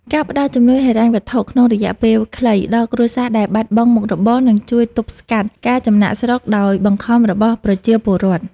ការផ្តល់ជំនួយហិរញ្ញវត្ថុក្នុងរយៈពេលខ្លីដល់គ្រួសារដែលបាត់បង់មុខរបរនឹងជួយទប់ស្កាត់ការចំណាកស្រុកដោយបង្ខំរបស់ប្រជាពលរដ្ឋ។